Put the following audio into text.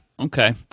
Okay